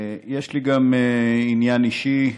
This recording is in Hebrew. יש לי גם עניין אישי,